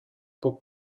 book